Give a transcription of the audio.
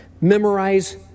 Memorize